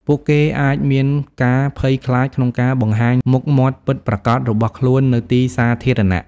ពួកគេអាចមានការភ័យខ្លាចក្នុងការបង្ហាញមុខមាត់ពិតប្រាកដរបស់ខ្លួននៅទីសាធារណៈ។